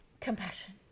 Compassion